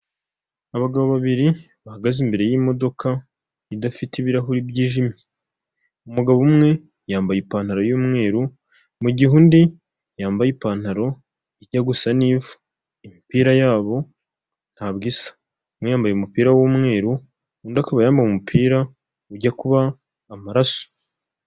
Abagabo babiri bahagaze imbere y'imodoka idafite ibirahuri byijimye, umugabo umwe yambaye ipantaro y'umweru mugihe undi yambaye ipantaro ijya gusa n'ivu, imipira yabo ntabwo isa, umwe yambaye umupira w'umweru undi akaba yampawe umupira ujya kuba amaraso.